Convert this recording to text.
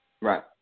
Right